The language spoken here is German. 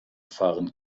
fahren